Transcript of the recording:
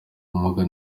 ubumuga